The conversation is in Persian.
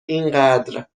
اینقدر